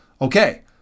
Okay